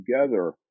together